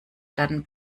dann